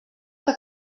que